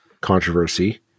controversy